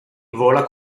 vola